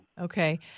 Okay